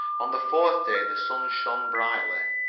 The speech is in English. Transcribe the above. on the fourth day the sun shone brightly,